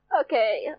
Okay